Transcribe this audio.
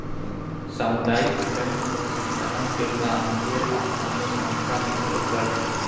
सामुदायिक बैंक कअ संचालन के काम ढेर स्थानीय संस्था ही करत बाटे